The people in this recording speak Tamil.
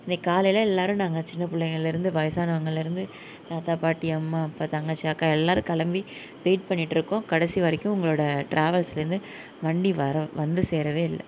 இன்றைக்கி காலையில் எல்லாரும் நாங்கள் சின்ன புள்ளைங்கள்லேர்ந்து வயசானவங்கள்லேர்ந்து தாத்தா பாட்டி அம்மா அப்பா தங்கச்சி அக்கா எல்லாரும் கிளம்பி வெயிட் பண்ணிகிட்டு இருக்கோம் கடைசி வரைக்கும் உங்களோடய ட்ராவல்ஸ்லேர்ந்து வண்டி வர வந்து சேரவே இல்லை